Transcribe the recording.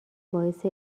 باعث